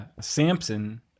Samson